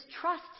trust